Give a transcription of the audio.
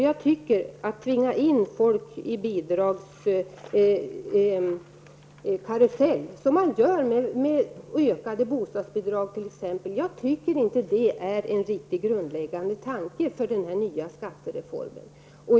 Nu tvingar man in folk i bidragskarusell genom t.ex. ökade bostadsbidrag. Det är ingen bra grundval för den nya skattereformen.